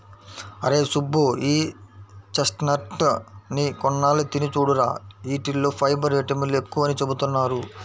అరేయ్ సుబ్బు, ఈ చెస్ట్నట్స్ ని కొన్నాళ్ళు తిని చూడురా, యీటిల్లో ఫైబర్, విటమిన్లు ఎక్కువని చెబుతున్నారు